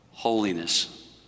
Holiness